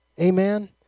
Amen